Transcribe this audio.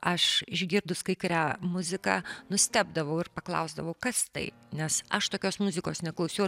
aš išgirdus kai kurią muziką nustebdavau ir paklausdavau kas tai nes aš tokios muzikos neklausiau ir